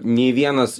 nei vienas